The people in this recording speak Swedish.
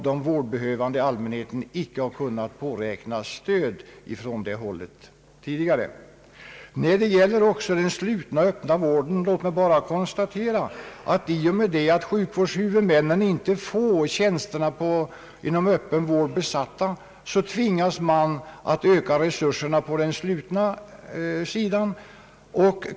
Den vårdbehövande allmänheten har tidigare icke kunnat påräkna stöd från det hållet. Låt mig vad gäller den slutna och öppna vården konstatera, att i och med att sjukvårdshuvudmännen inte får tjänsterna inom den öppna vården besatta tvingas de att öka resurserna på den slutna sidan.